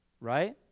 right